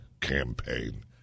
campaign